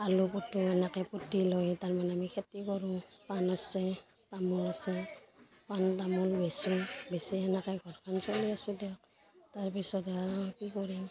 আলু পোতোঁ এনেকে পুতি লৈ তাৰমানে আমি খেতি কৰোঁ পাণ আছে তামোল আছে পাণ তামোল বেচোঁ বেচি সেনেকৈ ঘৰখন চলি আছোঁ দিয়ক তাৰপিছত আৰু কি কৰিম